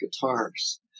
guitars